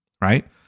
Right